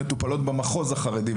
מטופלות במחוז החרדי,